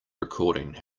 recording